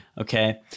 Okay